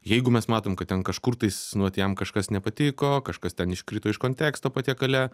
jeigu mes matom kad ten kažkur tais nu vat jam kažkas nepatiko kažkas ten iškrito iš konteksto patiekale